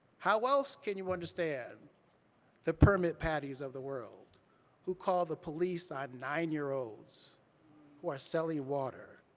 how else can you understand the permit patties of the world who call the police on nine year olds who are selling water?